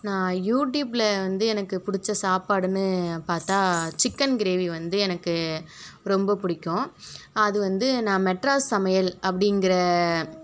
நான் யூட்யூப்பில் வந்து எனக்கு பிடிச்ச சாப்பாடுன்னு பார்த்தா சிக்கன் கிரேவி வந்து எனக்கு ரொம்ப பிடிக்கும் அது வந்து நான் மெட்ராஸ் சமையல் அப்படிங்குற